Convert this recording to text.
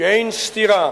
שאין סתירה